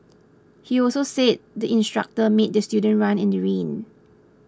he also said the instructor made the student run in the rain